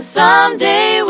someday